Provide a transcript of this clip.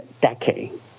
decade